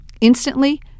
Instantly